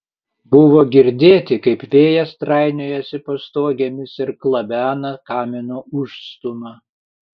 buvo girdėti kaip vėjas trainiojasi pastogėmis ir klabena kamino užstūmą